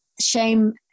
shame